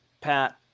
Pat